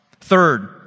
Third